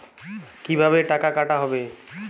কিভাবে টাকা কাটা হবে?